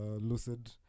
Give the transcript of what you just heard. lucid